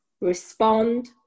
respond